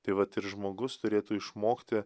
tai vat ir žmogus turėtų išmokti